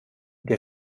der